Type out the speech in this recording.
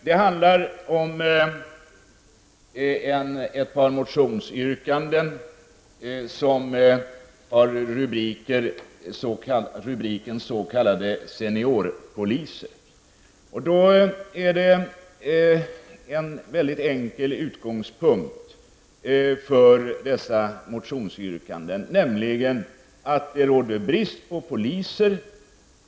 Det handlar om ett par motionsyrkanden som har rubriken ''Seniorpoliser''. Det finns en enkel utgångspunkt för dessa motionsyrkanden, nämligen att det dess värre råder brist på poliser.